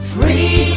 Free